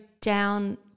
down